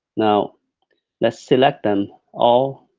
now let's select them all,